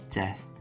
death